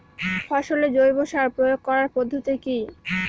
ফসলে জৈব সার প্রয়োগ করার পদ্ধতি কি?